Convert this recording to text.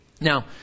Now